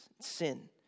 sin